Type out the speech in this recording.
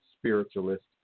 spiritualist